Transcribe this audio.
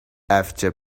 after